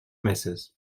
mrs